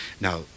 Now